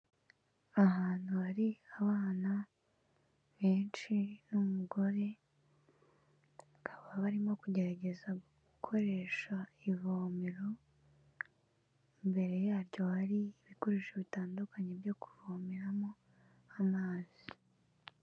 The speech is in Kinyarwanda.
Ahantu hari abana benshi n'umugore, bakaba barimo kugerageza gukoresha ivomero, imbere yaryo hari ibikoresho bitandukanye byo kuvomeramo amazi.